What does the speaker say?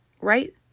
Right